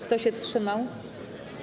Kto się wstrzymał?